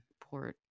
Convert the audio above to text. port